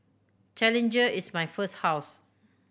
challenger is my first house